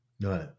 Right